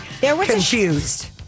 confused